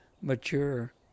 mature